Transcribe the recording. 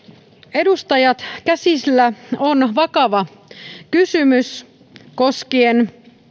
edustajat käsillä on vakava kysymys koskien